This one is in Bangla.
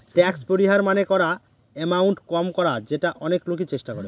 ট্যাক্স পরিহার মানে করা এমাউন্ট কম করা যেটা অনেক লোকই চেষ্টা করে